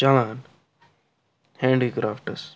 چَلان ہینٛڈی کرٛافٹَس